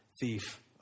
thief